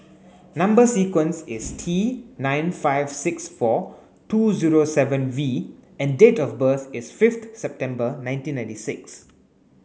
number sequence is T nine five six four two zero seven V and date of birth is fifth September nineteen ninety six